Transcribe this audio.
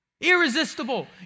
Irresistible